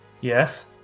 Yes